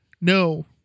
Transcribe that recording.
no